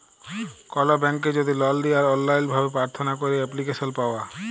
call ব্যাংকে যদি লল লিয়ার অললাইল ভাবে পার্থনা ক্যইরে এপ্লিক্যাসল পাউয়া